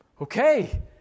Okay